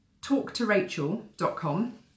talktorachel.com